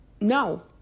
no